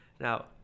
now